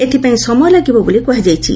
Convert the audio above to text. ଏଥିପାଇଁ ସମୟ ଲାଗିବ ବୋଲି କୁହାଯାଇଛି